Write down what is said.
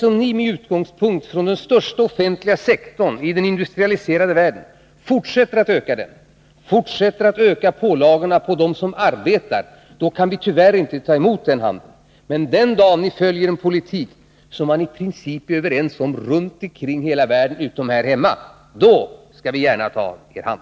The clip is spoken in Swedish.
Så länge ni med utgångspunkt från den största offentliga sektorn i den industrialiserade världen fortsätter att öka arbetslösheten, fortsätter att öka pålagorna på dem som arbetar, kan vi tyvärr inte ta emot den handen. Men den dag ni följer den politik som man i princip är överens om runt om i världen — förutom här hemma — skall vi gärna ta er hand.